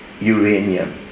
uranium